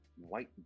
white